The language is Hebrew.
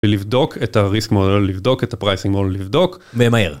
לבדוק את הריסק מודל, לבדוק את הפרייסינג מודל, לבדוק ומהר.